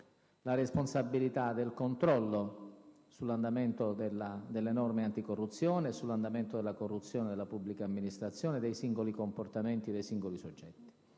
la responsabilità del controllo sull'attuazione delle norme anticorruzione e sull'andamento della corruzione nella pubblica amministrazione e dei singoli comportamenti dei singoli soggetti.